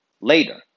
later